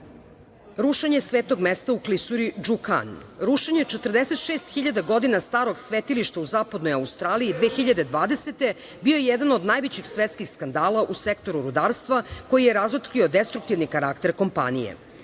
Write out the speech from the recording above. dokaze.Rušenje svetog mesta u klisuri Džukan. Rušenje 46.000 godina starog svetilišta u zapadnoj Australiji 2020. godine bio je jedan od najvećih svetskih skandala u sektoru rudarstva koji je razotkrio destruktivni karakter kompanije.